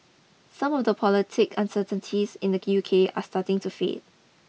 some of the political uncertainties in the U K are starting to fade